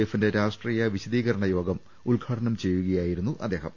എഫിന്റെ രാഷ്ട്രീയ വിശദീകരണ യോഗം ഉദ്ഘാടനം ചെയ്യുകയായിരുന്നു അദ്ദേ ഹം